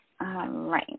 right